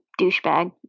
douchebag